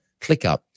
ClickUp